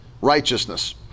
righteousness